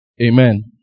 Amen